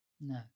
No